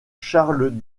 charles